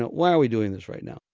why are we doing this right now?